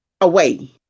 away